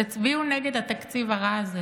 תצביעו נגד התקציב הרע הזה,